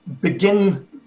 begin